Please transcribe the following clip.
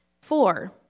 Four